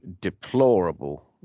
deplorable